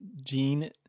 Jean